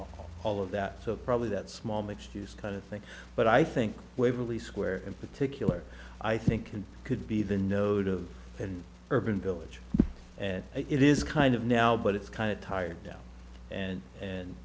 not all of that so probably that small mixed use kind of thing but i think waverly square in particular i think it could be the node of and urban village and it is kind of now but it's kind of tired and and and